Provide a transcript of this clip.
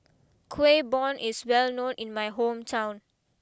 Kueh Bom is well known in my hometown